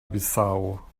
bissau